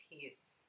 peace